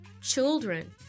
children